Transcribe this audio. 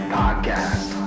podcast